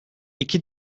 iki